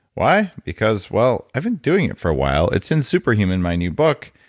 why? because, well, i've been doing it for a while. it's in super human, my new book,